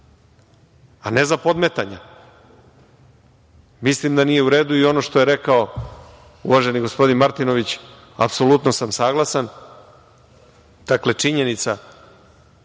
a ne za podmetanja, mislim da nije u redu. I, ono što je rekao uvaženi gospodin Martinović, apsolutno sam saglasan. Dakle, činjenica